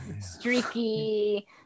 streaky